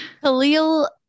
Khalil